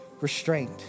restraint